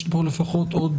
יש לנו לפחות עוד